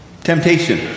Temptation